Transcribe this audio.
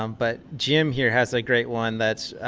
um but jim here has a great one. that's,